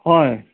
হয়